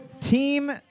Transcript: Team